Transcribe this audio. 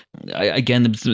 again